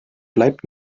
bleibt